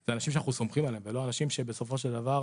זה אנשים שאנחנו סומכים עליהם ולא אנשים שבסופו של דבר